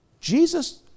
Jesus